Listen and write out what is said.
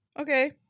Okay